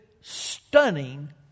stunning